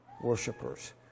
Worshippers